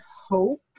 hope